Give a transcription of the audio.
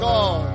God